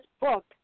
book